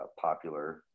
popular